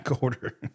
order